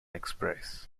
express